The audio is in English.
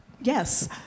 Yes